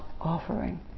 offering